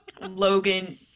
Logan